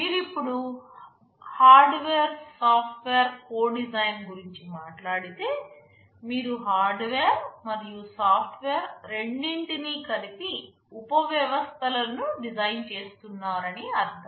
మీరు ఇప్పుడు hardware software co design గురించి మాట్లాడితే మీరు హార్డ్వేర్ మరియు సాఫ్ట్వేర్ రెండింటినీ కలిపి ఉపవ్యవస్థలను డిజైన్ చేస్తున్నారు అని అర్థం